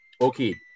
okay